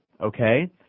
Okay